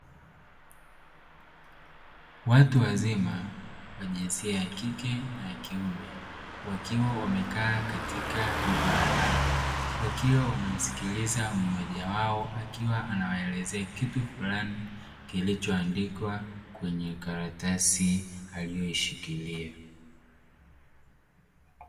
Watu wazima wa jinsia ya kike na ya kiume wakiwa wamekaa katika duara, wakiwa wanamsikiliza mmoja wao akiwa anawaelezea kitu fulani kilichoandikwa kwenye karatasi aliyoishikiria.